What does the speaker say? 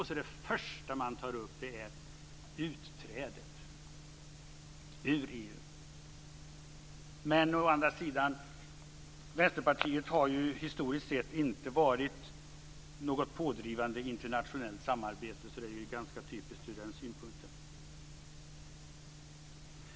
Så är det första man tar upp utträdet ur EU. Å andra sidan har ju Vänsterpartiet historiskt sett inte varit pådrivande i internationellt samarbete. Det är ganska typiskt ur den synpunkten.